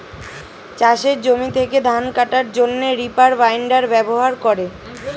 চাষের জমি থেকে ধান কাটার জন্যে রিপার বাইন্ডার ব্যবহার করে